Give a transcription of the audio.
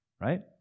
right